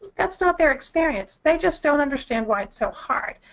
that's not their experience. they just don't understand why it's so hard.